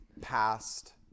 past